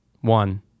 one